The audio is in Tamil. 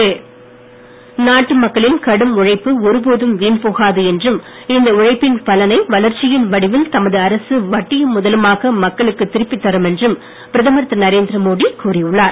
மோடி நாட்டு மக்களின் கடும் உழைப்பு ஒருபோதும் வீண் போகாது என்றும் இந்த உழைப்பின் பலனை வளர்ச்சியின் வடிவில் தமது அரசு வட்டியும் முதலுமாக மக்களுக்கு திருப்பித் தரும் என்றும் பிரதமர் திரு நரேந்திரமோடி கூறி உள்ளார்